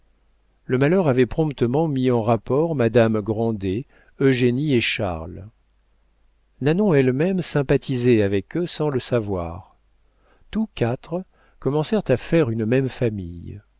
le malheur avait promptement mis en rapport madame grandet eugénie et charles nanon elle-même sympathisait avec eux sans le savoir tous quatre commencèrent à faire une même famille